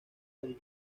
del